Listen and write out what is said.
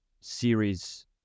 series